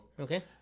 Okay